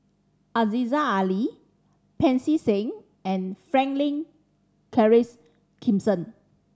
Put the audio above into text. Aziza Ali Pancy Seng and Franklin Charles Gimson